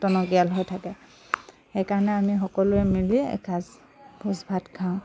টনকিয়াল হৈ থাকে সেইকাৰণে আমি সকলোৱে মিলি এসাঁজ ভোজ ভাত খাওঁ